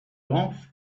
off